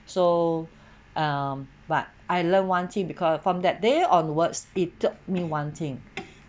so um but I learn one thing because from that day onwards it taught me one thing